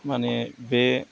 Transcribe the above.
माने बे